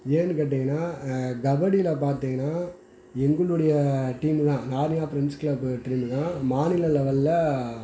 ஏன்னு கேட்டிங்கன்னா கபடியில பார்த்தீங்கனா எங்களுடைய டீம் தான் நார்னியா ப்ரெண்ட்ஸ் க்ளப்பு டீமு தான் மாநில லெவலில்